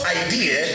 idea